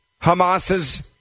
Hamas's